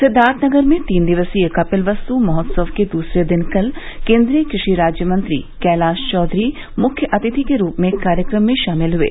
सिद्वार्थनगर में तीन दिवसीय कपिलवस्तु महोत्सव के दूसरे दिन कल केन्द्रीय कृषि राज्य मंत्री कैलाश चौधरी मुख्य अतिथि के रूप में कार्यक्रम में शामिल हये